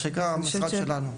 שהוא המשרד שלנו.